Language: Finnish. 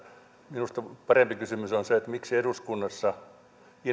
minusta parempi kysymys on se miksi eduskunnassa